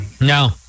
no